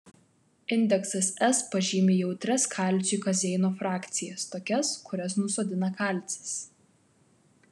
indeksas s pažymi jautrias kalciui kazeino frakcijas tokias kurias nusodina kalcis